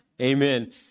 amen